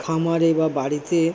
খামারে বা বাড়িতে